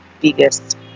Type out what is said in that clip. biggest